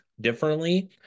differently